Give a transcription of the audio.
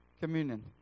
communion